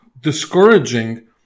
discouraging